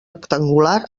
rectangular